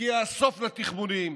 הגיע הסוף לתחמונים,